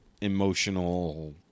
emotional